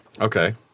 Okay